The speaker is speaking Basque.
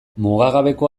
mugagabeko